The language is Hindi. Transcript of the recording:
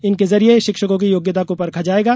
इनके जरिए शिक्षकों की योग्यता को परखा जाएगा